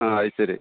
ആ അതുശരി